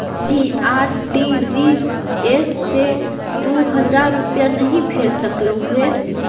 नहीं, आर.टी.जी.एस से तू हजार रुपए नहीं भेज सकलु हे